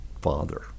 father